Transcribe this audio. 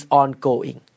ongoing